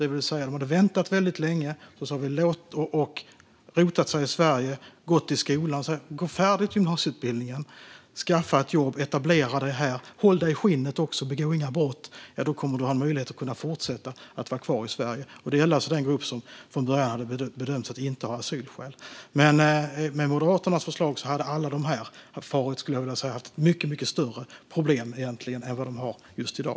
Till dem som väntat länge, rotat sig i Sverige och gått i skolan sa vi: Om du går färdigt gymnasieutbildningen, skaffar ett jobb, etablerar dig här, håller dig i skinnet och inte begår några brott kommer du att ha möjlighet att fortsätta vara kvar i Sverige. Det gällde den grupp som från början bedömts inte ha asylskäl. Med Moderaternas förslag hade de alla haft mycket större problem än vad de har i dag.